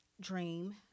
dream